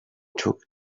took